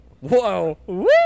Whoa